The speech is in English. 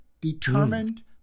determined